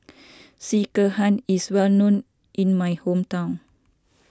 Sekihan is well known in my hometown